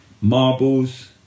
Marbles